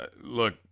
Look